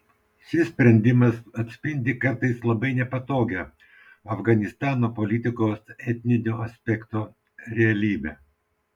šis sprendimas atspindi kartais labai nepatogią afganistano politikos etninio aspekto realybę